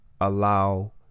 allow